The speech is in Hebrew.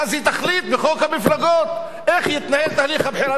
ואז היא תחליט בחוק המפלגות איך יתנהל תהליך הבחירה